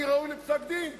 אני ראוי לפסק-דין.